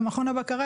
ומכון הבקרה,